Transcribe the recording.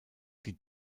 die